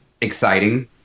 exciting